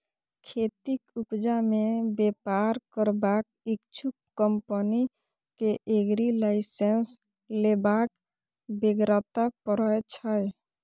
खेतीक उपजा मे बेपार करबाक इच्छुक कंपनी केँ एग्री लाइसेंस लेबाक बेगरता परय छै